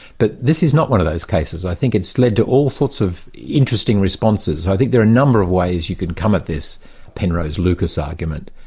but this is not one of those cases. i think it's led to all sorts of interesting responses. i think there are a number of ways you can come at this penrose lucas argument.